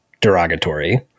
derogatory